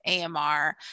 AMR